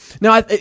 Now